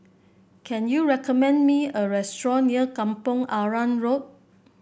can you recommend me a restaurant near Kampong Arang Road